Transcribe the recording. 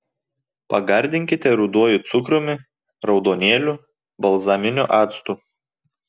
pagardinkite ruduoju cukrumi raudonėliu balzaminiu actu